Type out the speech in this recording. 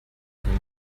che